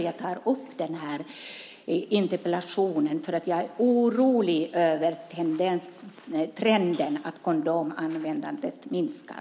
Jag har ställt interpellationen eftersom jag är orolig över trenden att kondomanvändningen minskar.